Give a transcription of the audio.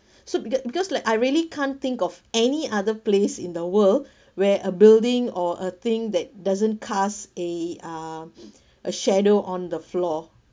so because because like I really can't think of any other place in the world where a building or a thing that doesn't cast a uh a shadow on the floor